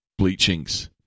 bleachings